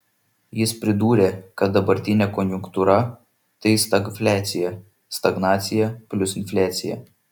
jis pridūrė kad dabartinė konjunktūra tai stagfliacija stagnacija plius infliacija